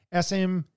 SM